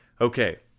Okay